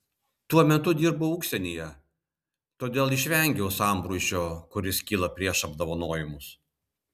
tuo metu dirbau užsienyje todėl išvengiau sambrūzdžio kuris kyla prieš apdovanojimus